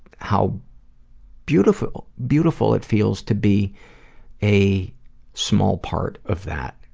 how beautiful beautiful it feels to be a small part of that.